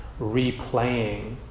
replaying